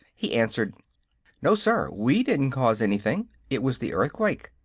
he answered no, sir we didn't cause anything. it was the earthquake.